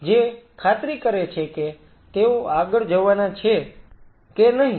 જે ખાતરી કરે છે કે તેઓ આગળ જવાના છે કે નહીં